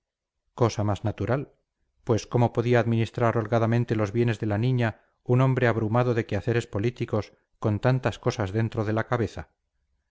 cosa más natural pues cómo podía administrar holgadamente los bienes de la niña un hombre abrumado de quehaceres políticos con tantas cosas dentro de la cabeza